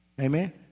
Amen